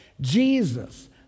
Jesus